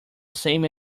same